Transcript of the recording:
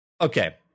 Okay